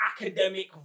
academic